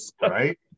Right